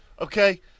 Okay